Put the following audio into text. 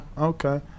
Okay